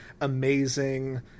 amazing